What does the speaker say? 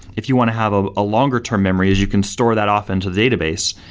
if you want to have a ah longer term memory as you can store that off into the database.